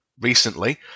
Recently